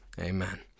amen